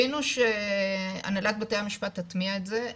קיווינו שהנהלת בתי המשפט תטמיע את זה,